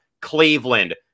Cleveland